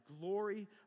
glory